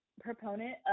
proponent